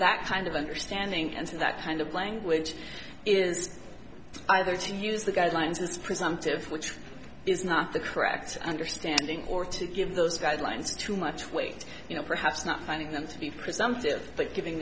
that kind of understanding and that kind of language is either to use the guidelines as presumptive which is not the correct understanding or to give those guidelines too much weight you know perhaps not finding them to be presumptive but giving